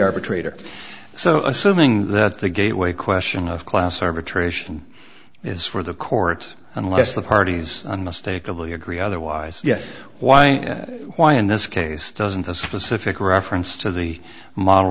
arbitrator so assuming that the gateway question of class arbitration is for the court unless the parties unmistakably agree otherwise yes why and why in this case doesn't a specific reference to the mode